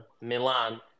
Milan